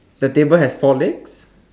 the table has four legs